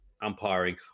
umpiring